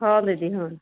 ହଁ ଦିଦି ହଁ